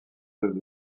deux